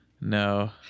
no